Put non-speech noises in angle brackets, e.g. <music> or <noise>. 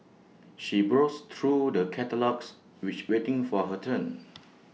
she browsed through the catalogues which waiting for her turn <noise>